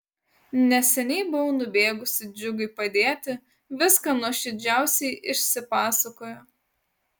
neseniai buvau nubėgusi džiugui padėti viską nuoširdžiausiai išsipasakojo